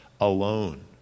alone